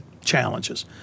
challenges